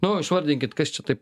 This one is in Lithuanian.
nu išvardinkit kas čia taip